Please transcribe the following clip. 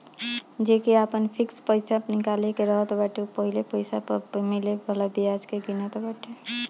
जेके आपन फिक्स पईसा निकाले के रहत बाटे उ पहिले पईसा पअ मिले वाला बियाज के गिनत बाटे